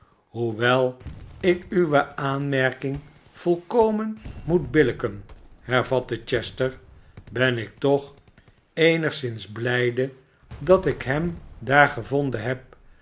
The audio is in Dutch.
hoewel ik uwe aanmerking volkomen moet billijken hervatte chester ben ik toch eenigszins blijde dat ik hem daar gevonden heb